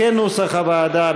כנוסח הוועדה,